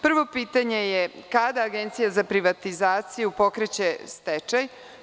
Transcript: Prvo pitanje je kada Agencija za privatizaciju pokreće stečaj?